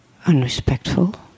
unrespectful